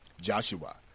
Joshua